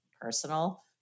personal